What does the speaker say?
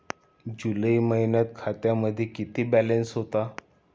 जुलै महिन्यात खात्यामध्ये किती बॅलन्स होता?